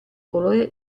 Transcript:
colore